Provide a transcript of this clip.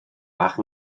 bach